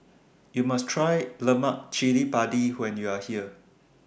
YOU must Try Lemak Cili Padi when YOU Are here